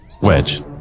Wedge